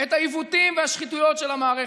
את העיוותים והשחיתויות של המערכת.